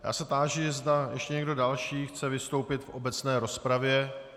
Já se táži, zda ještě někdo další chce vystoupit v obecné rozpravě.